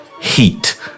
Heat